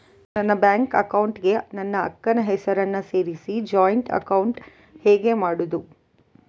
ನನ್ನ bank account ಗೆ ನನ್ನ ಅಕ್ಕ ನ ಹೆಸರನ್ನ ಸೇರಿಸಿ ಜಾಯಿನ್ ಅಕೌಂಟ್ ಹೇಗೆ ಮಾಡುದು?